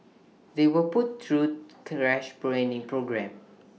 they were put through crash programmes